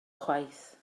chwaith